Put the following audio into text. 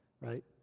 right